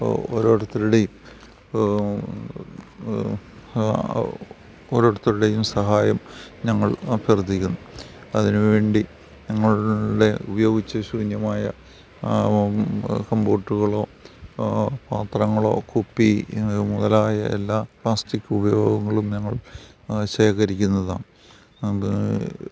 ഓരോരുത്തരുടെയും ഓരോരുത്തരുടെയും സഹായം ഞങ്ങൾ അഭ്യർത്ഥിക്കുന്നു അതിന് വേണ്ടി നിങ്ങളുടെ ഉപയോഗിച്ച് ശൂന്യമായ കംപ്യൂട്ടറുകളോ പാത്രങ്ങളോ കുപ്പി മുതലായ എല്ലാ പ്ലാസ്റ്റിക്ക് ഉപയോഗങ്ങളും ഞങ്ങൾ ശേഖരിക്കുന്നതാണ് അപ്പോൾ